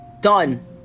done